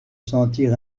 sentir